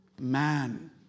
man